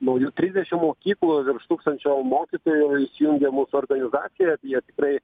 naujų trisdešim mokyklų virš tūkstančio mokytojų jau įsijungė į mūsų organizaciją ir jie tikrai